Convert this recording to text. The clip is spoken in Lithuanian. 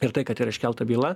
ir tai kad yra iškelta byla